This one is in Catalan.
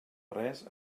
res